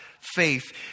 faith